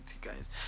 guys